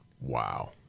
Wow